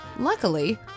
Luckily